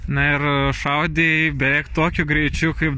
na ir šaudei beveik tokiu greičiu kaip